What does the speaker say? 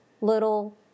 little